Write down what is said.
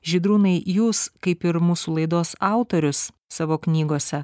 žydrūnai jūs kaip ir mūsų laidos autorius savo knygose